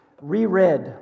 reread